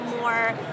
more